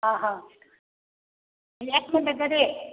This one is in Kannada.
ಹಾಂ ಹಾಂ ಎಷ್ಟು ಮಂದಿ ಇದೇರ್ ರೀ